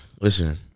Listen